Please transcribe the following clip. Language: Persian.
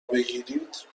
بگیرید